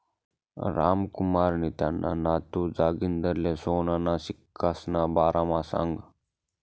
रामकुमारनी त्याना नातू जागिंदरले सोनाना सिक्कासना बारामा सांगं